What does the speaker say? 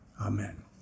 amen